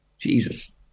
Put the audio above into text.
Jesus